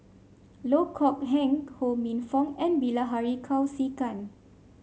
Loh Kok Heng Ho Minfong and Bilahari Kausikan